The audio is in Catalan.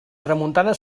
tramuntana